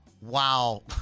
wow